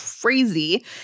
crazy